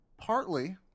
partly